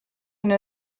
elle